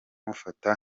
mufata